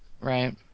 Right